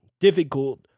difficult